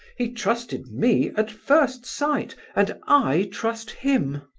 he trusted me at first sight, and i trust him!